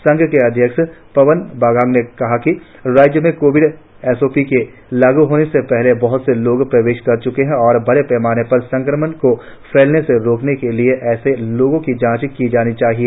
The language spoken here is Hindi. संघ के अध्यक्ष पवन बागांग ने कहा कि राज्य में कोविड एस ओ पी के लागू होने से पहले बहत से लोग प्रवेश कर चुके है और बड़े पैमाने पर संक्रमण को फैलने से रोकने के लिए ऐसे लोगों की जांच भी किया जाना चाहिए